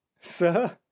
sir